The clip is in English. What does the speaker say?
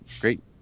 great